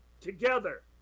together